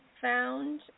found